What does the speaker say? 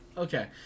Okay